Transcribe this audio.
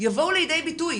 יבואו לידי ביטוי,